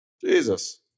Jesus